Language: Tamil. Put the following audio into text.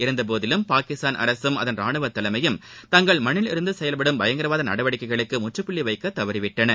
இருந்தபோதிலும் பாகிஸ்தான் அரசும் அதன் ராணுவ தலைமையும் தங்கள் மண்ணில் இருந்து செயல்படும் பயங்கரவாத நடவடிக்கைகளுக்கு முற்றுப்புள்ளிவைக்க தவறிவிட்டன